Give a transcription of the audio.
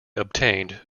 obtained